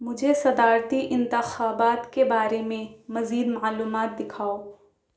مجھے صدارتی انتخابات کے بارے میں مزید معلومات دکھاؤ